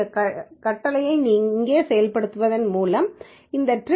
இந்த கட்டளையை இங்கே செயல்படுத்துவதன் மூலம் இந்த tripdetails